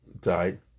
died